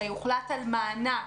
הרי הוחלט על מענק.